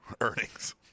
earnings